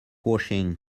washing